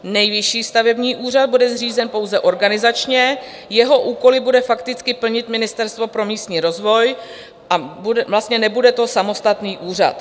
Nejvyšší stavební úřad bude zřízen pouze organizačně, jeho úkoly bude fakticky plnit Ministerstvo pro místní rozvoj a vlastně to nebude samostatný úřad.